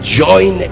join